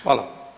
Hvala.